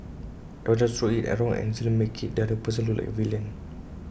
everyone just throws IT around and instantly IT makes the other person look like A villain